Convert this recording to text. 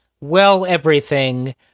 well-everything